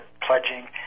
pledging